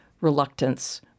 reluctance